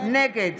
נגד